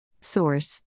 Source